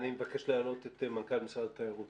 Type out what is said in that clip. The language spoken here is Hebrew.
אני מבקש להעלות את מנכ"ל משרד התיירות,